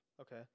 okay